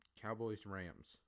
Cowboys-Rams